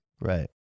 Right